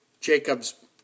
Jacob's